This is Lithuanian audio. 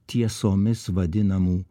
tiesomis vadinamų